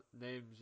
names